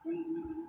উম